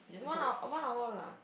one one hour lah